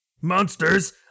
Monsters